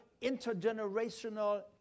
intergenerational